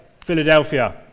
Philadelphia